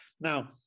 Now